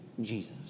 Jesus